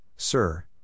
Sir